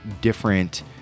different